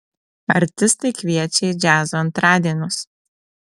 artistai kviečia į džiazo antradienius